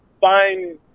find